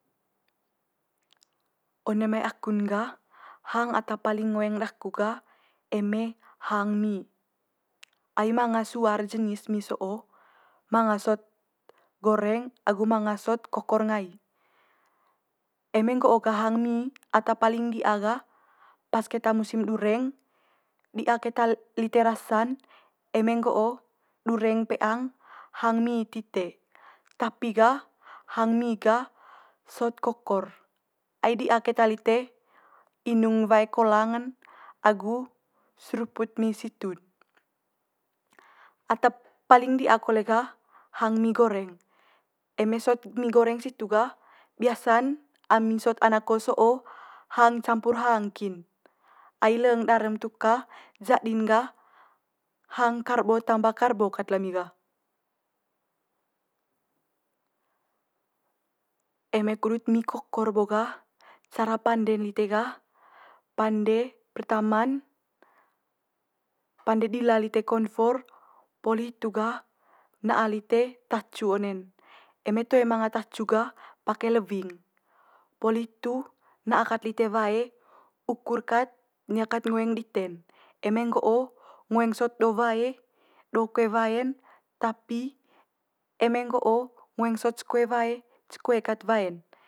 One mai aku'n gah hang ata paling ngoeng daku gah eme hang mi. Ai manga sua'r jenis mi so'o manga sot goreng agu manga sot kokor ngai. Eme nggo'o gah hang mi ata paling di'a gah pas keta musim dureng di'a keta lite rasa'n eme nggo'o dureng peang hang mi tite. Tapi gah hang mi gah sot kokor, ai di'a keta lite inung wae kolang'n agu seruput mi situ'd. Ata paling di'a kole gah hang mi goreng. Eme sot mi goreng situ gah biasa'n ami sot anak kos so'o hang campur campur hang kin, ai leng darum tuka jadi'n gah hang karbo tamba karbo kat lami gah. Eme kudut mi kokor bo gah cara pande'n lite gah pande pertama'n, pande dila lite konfor poli hitu gah na'a lite tacu one'n. Eme toe manga tacu gah pake lewing, poli hitu na'a kat lite wae ukur kat nia kat ngoeng dite'n. Eme nggo'o ngoeng sot do wae do koe wae'n tapi eme nggo'o ngoeng sot ce koe wae ce koe kat wae'n.